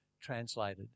translated